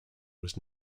was